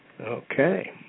Okay